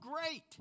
great